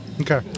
Okay